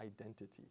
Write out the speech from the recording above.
identity